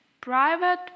private